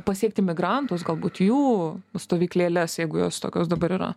pasiekti migrantus galbūt jų stovyklėles jeigu jos tokios dabar yra